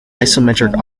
isometric